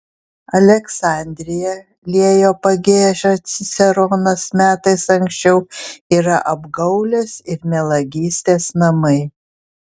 aleksandrija liejo pagiežą ciceronas metais anksčiau yra apgaulės ir melagystės namai